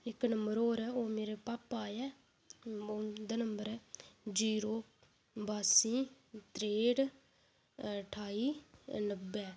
इक नम्बर होर ऐ ओह् मेरे पापा आह्ला उं'दा नम्बर ऐ जीरो बासी त्रेंह्ठ ठाई नब्बै